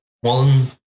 One